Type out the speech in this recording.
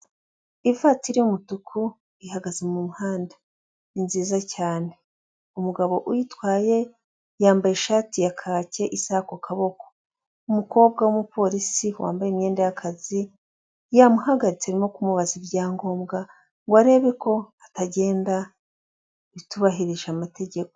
Ivatiri y'umutuku ihagaze mu muhanda, ni nziza cyane, umugabo uyitwaye yambaye ishati ya kake isaha ku kaboko, umukobwa w'umupolisi wambaye imyenda y'akazi, yamuhagaritse arimo kumubaza ibyangombwa, ngo arebe ko atagenda bitubahirije amategeko.